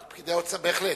בהחלט,